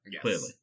clearly